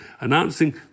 announcing